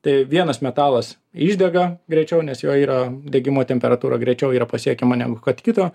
tai vienas metalas išdega greičiau nes jo yra degimo temperatūra greičiau yra pasiekiama negu kad kito